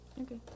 Okay